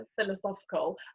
philosophical